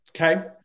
Okay